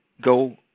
go